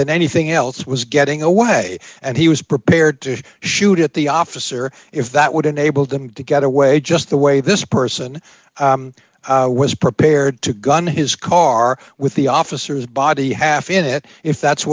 anything else was getting away and he was prepared to shoot at the officer if that would enable them to get away just the way this person was prepared to gun his car with the officers body half in it if that's